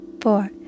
four